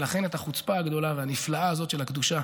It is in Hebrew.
ולכן את החוצפה הגדולה והנפלאה הזאת של הקדושה